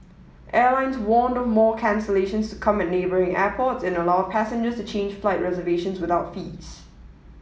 airlines warned of more cancellations to come at neighbouring airports and allowed passengers to change flight reservations without fees